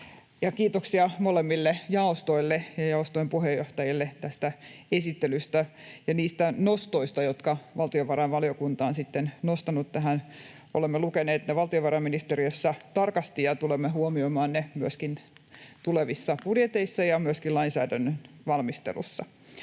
kiitoksia molemmille jaostoille ja jaoston puheenjohtajille tästä esittelystä ja niistä nostoista, jotka valtiovarainvaliokunta on sitten nostanut tähän. Olemme lukeneet ne valtiovarainministeriössä tarkasti, ja tulemme huomioimaan ne myöskin tulevissa budjeteissa ja myöskin lainsäädännön valmistelussa.